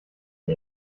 die